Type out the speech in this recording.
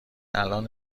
الان